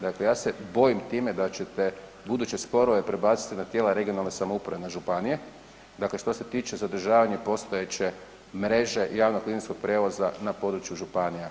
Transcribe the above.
Dakle, ja se bojim time da ćete buduće sporove prebaciti na tijela regionalne samouprave, na županije dakle, što se tiče zadržavanja postojeće mreže javnog linijskog prijevoza na području županija.